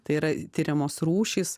tai yra tiriamos rūšys